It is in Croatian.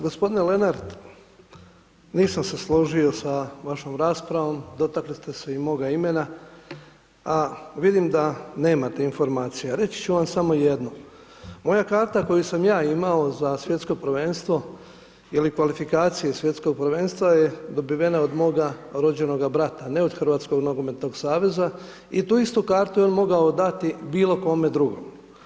Gospodine Lenart, nisam se složio sa vašom raspravom, dotaknuli ste se i moga imena, a vidim da nemate informacije, a reći ću vam samo jedno, moja karata koju sam ja imao za Svjetsko prvenstvo, ili kvalifikacije Svjetskog prvenstva je dobivena od moga rođenoga brata, ne od Hrvatskog nogometnog saveza i tu istu kartu je on mogao dati bilo kome druge.